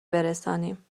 برسانیم